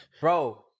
Bro